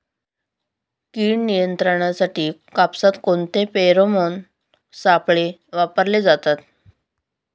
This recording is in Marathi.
कीड नियंत्रणासाठी कापसात कोणते फेरोमोन सापळे वापरले जातात?